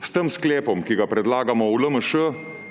S tem sklepom, ki ga predlagamo v LMŠ